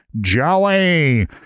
Joey